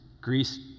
Greece